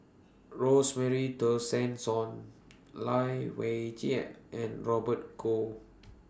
Rosemary Tessensohn Lai Weijie and Robert Goh